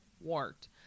wart